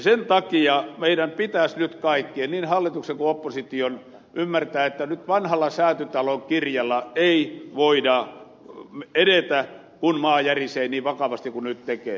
sen takia meidän pitäisi nyt kaikkien niin hallituksen kuin opposition ymmärtää että nyt vanhalla säätytalon kirjalla ei voida edetä kun maa järisee niin vakavasti kuin nyt tekee